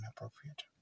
inappropriate